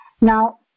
Now